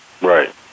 Right